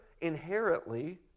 inherently